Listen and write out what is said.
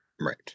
right